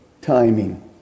timing